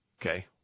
okay